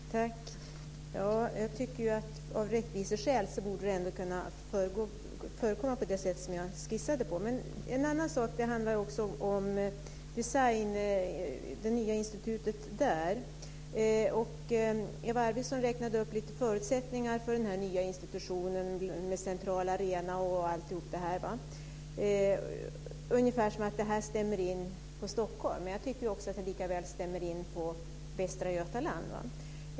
Herr talman! Jag tycker att det av rättviseskäl ändå borde kunna gå till på det sätt som jag skissade på. En annan fråga handlar om det nya designinstitutet. Eva Arvidsson räknade upp några förutsättningar för den nya institutionen, central arena och allt annat, ungefär som om det stämmer in på Stockholm. Jag tycker att det lika väl stämmer in på Västra Götaland.